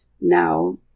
now